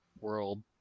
world